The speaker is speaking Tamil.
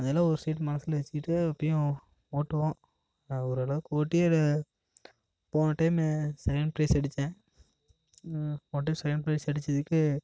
அதெல்லாம் ஒரு சைட் மனதுல வச்சிக்கிட்டு இப்பயும் ஓட்டுவோம் நான் ஓரளவுக்கு ஓட்டியே அது போன டைம் செகண்ட் ப்ரைஸ் அடிச்சேன் போன டைம் செகண்ட் ப்ரைஸ் அடிச்சதுக்கு